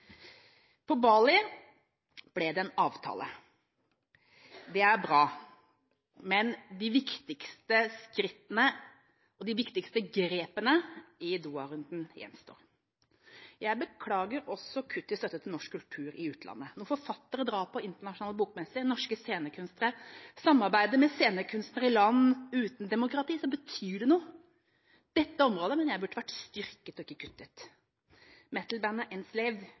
På Bali ble det en avtale – det er bra – men de viktigste skrittene, de viktigste grepene, i Doha-runden gjenstår. Jeg beklager også kutt i støtte til norsk kultur i utlandet. Når forfattere drar på internasjonale bokmesser, norske scenekunstnere samarbeider med scenekunstnere i land uten demokrati, betyr det noe. Dette området mener jeg burde vært styrket og ikke kuttet.